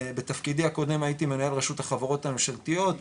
בתפקידי הקודם הייתי מנהל רשות החברות הממשלתיות,